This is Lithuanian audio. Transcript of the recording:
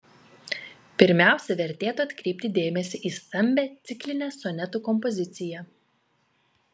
pirmiausia vertėtų atkreipti dėmesį į stambią ciklinę sonetų kompoziciją